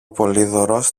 πολύδωρος